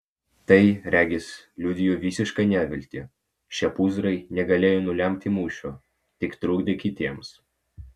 tai regis liudijo visišką neviltį šie pūzrai negalėjo nulemti mūšio tik trukdė kitiems